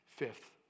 Fifth